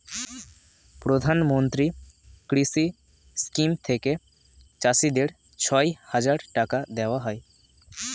প্রধানমন্ত্রী কৃষি স্কিম থেকে চাষীদের ছয় হাজার টাকা দেওয়া হয়